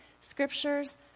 scriptures